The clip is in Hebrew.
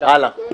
טוב, הלאה.